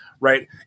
right